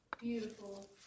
beautiful